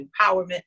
empowerment